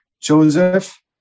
joseph